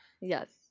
Yes